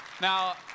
Now